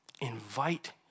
invite